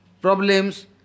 Problems